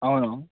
అవును